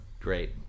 Great